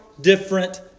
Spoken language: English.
different